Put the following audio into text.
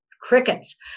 crickets